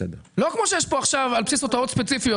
לא כפי שיש כאן עכשיו על בסיס הוצאות ספציפיות?